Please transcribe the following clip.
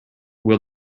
will